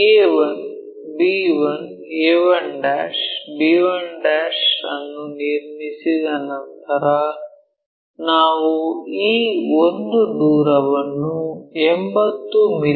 a1 b1 a1 b1 ಅನ್ನು ನಿರ್ಮಿಸಿದ ನಂತರ ನಾವು ಈ ಒಂದು ದೂರವನ್ನು 80 ಮಿ